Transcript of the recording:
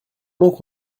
donc